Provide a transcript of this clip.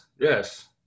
yes